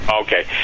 Okay